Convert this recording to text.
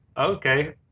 okay